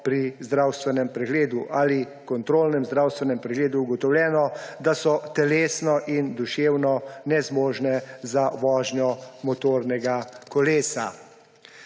pri zdravstvenem pregledu ali kontrolnem zdravstvenem pregledu ugotovljeno, da so telesno in duševno nezmožne za vožnjo motornega kolesa.